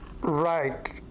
right